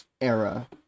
era